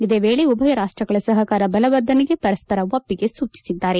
ಇದೇ ವೇಳೆ ಉಭಯ ರಾಷ್ಷಗಳ ಸಹಕಾರ ಬಲವರ್ಧನೆಗೆ ಪರಸ್ಪರ ಒಪ್ಪಿಗೆ ಸೂಚಿಸಿದ್ಲಾರೆ